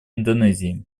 индонезии